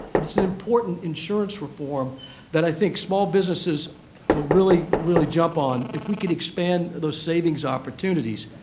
but it's an important insurance reform that i think small businesses will really, really jump on if we could expand those savings opportunities.